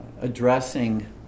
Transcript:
addressing